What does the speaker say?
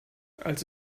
als